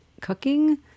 cooking